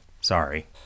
sorry